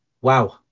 Wow